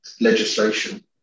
legislation